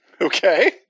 Okay